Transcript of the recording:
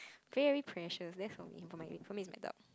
very precious that's for me for me it's my dog